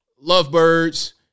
Lovebirds